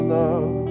love